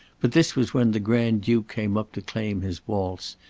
but this was when the grand-duke came up to claim his waltz,